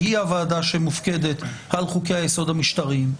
שהיא זו שמופקדת על חוקי היסוד המשטרתיים.